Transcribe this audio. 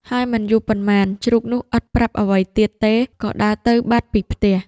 ហើយមិនយូរប៉ុន្មាន ជ្រូកនោះឥតប្រាប់អ្វីទៀតទេ ក៏ដើរទៅបាត់ពីផ្ទះ។